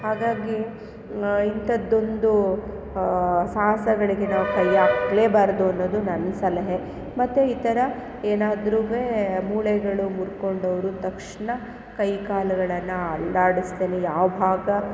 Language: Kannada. ಹಾಗಾಗಿ ಇಂಥದ್ದೊಂದು ಸಾಹಸಗಳಿಗೆ ನಾವು ಕೈ ಹಾಕಲೇ ಬಾರದು ಅನ್ನೋದು ನನ್ನ ಸಲಹೆ ಮತ್ತು ಈ ಥರ ಏನಾದ್ರೂನು ಮೂಳೆಗಳು ಮುರ್ದ್ಕೊಂಡವ್ರು ತಕ್ಷಣ ಕೈ ಕಾಲುಗಳನ್ನು ಅಲ್ಲಾಡಿಸ್ದೆಲೆ ಯಾವ ಭಾಗ